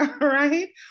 right